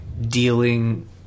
dealing